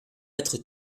être